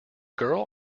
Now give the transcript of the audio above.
girl